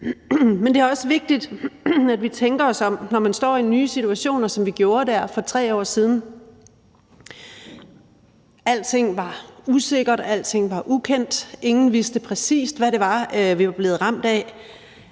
Men det også vigtigt, at man tænker sig om, når man står i nye situationer, som vi gjorde der for 3 år siden. Alting var usikkert; alting var ukendt; ingen vidste præcis, hvad det var, vi var blevet ramt af.